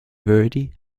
verdi